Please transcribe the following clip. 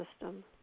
system